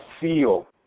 feel